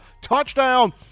touchdown